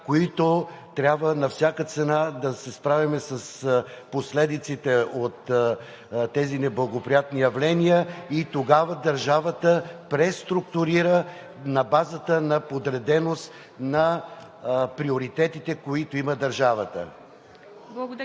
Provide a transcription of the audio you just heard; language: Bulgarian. които трябва на всяка цена да се справим – с последиците от тези неблагоприятни явления, и тогава държавата преструктурира на базата на подреденост на приоритетите, които има.